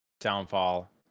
downfall